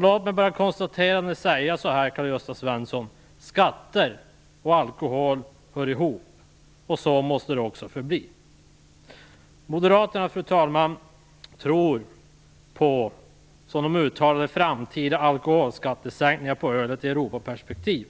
Låt mig bara konstatera, Karl-Gösta Svenson, att skatter och alkohol hör ihop, och så måste det också förbli. Fru talman! Moderaterna säger att de tror på framtida alkoholskattesänkningar på ölet i ett Europaperspektiv.